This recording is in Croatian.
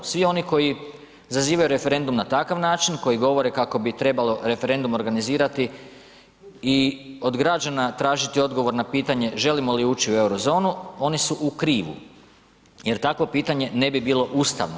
Svi oni koji zazivaju referendum na takav način, koji govore kako bi trebalo referendum organizirati i od građana tražiti odgovor na pitanje želimo li ući u euro zonu, oni su u krivu, jer takvo pitanje ne bi bilo ustavno.